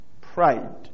Pride